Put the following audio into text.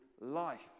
life